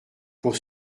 pour